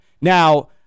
Now